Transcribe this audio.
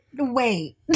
Wait